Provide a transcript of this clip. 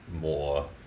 more